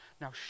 now